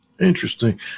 Interesting